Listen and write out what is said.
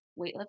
weightlifting